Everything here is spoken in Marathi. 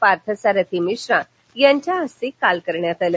पार्थ सारथी मिश्रा यांच्या हस्ते काल करण्यात आलं